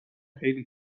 خیلی